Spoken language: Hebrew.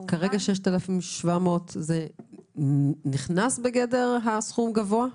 כרגע 6,700 חד-פעמי נכנס בגדר סכום גבוה?